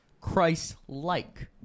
Christ-like